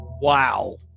Wow